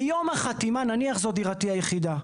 מיום החתימה, נניח זו דירתי היחידה.